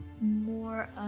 more